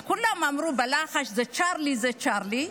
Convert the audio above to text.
אז כולם אמרו בלחש: זה צ'רלי, זה צ'רלי.